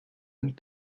and